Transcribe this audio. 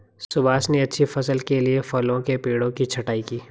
सुभाष ने अच्छी फसल के लिए फलों के पेड़ों की छंटाई की